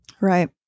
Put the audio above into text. Right